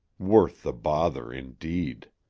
worth the bother, indeed!